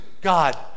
God